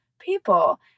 people